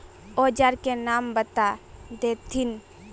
औजार के नाम बता देथिन?